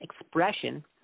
expression